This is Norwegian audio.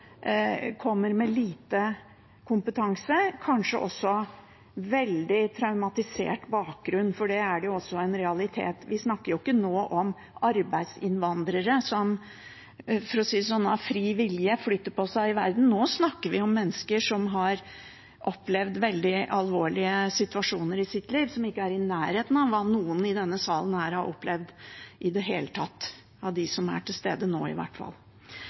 kommer med lite kompetanse og kanskje også med en veldig traumatisert bakgrunn, for det er jo en realitet. Vi snakker jo ikke nå om arbeidsinnvandrere som, for å si det sånn, av fri vilje flytter på seg i verden. Nå snakker vi om mennesker som har opplevd veldig alvorlige situasjoner i sitt liv, som ikke i det hele tatt er i nærheten av hva noen i denne salen har opplevd, av dem som er til stede nå i hvert fall.